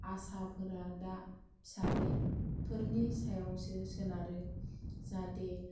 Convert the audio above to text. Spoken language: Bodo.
माखासे आसाफोरा दा फिसाफोरनि सायावसो सोनारो जाहाथे